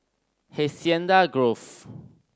Hacienda Grove